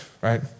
right